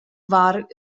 war